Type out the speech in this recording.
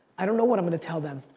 i don't know what i'm going to tell them.